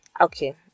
okay